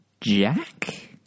Jack